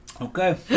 Okay